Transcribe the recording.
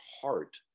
heart